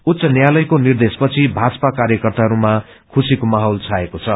उच्च न्यायालयको निद्रेश पछि भाजपा कार्यकर्ताहरूमा खुशीको माहेल छाएको छ